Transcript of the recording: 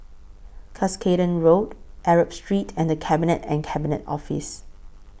Cuscaden Road Arab Street and The Cabinet and Cabinet Office